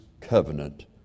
covenant